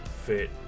fit